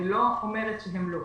אני לא אומרת שלא.